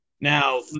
Now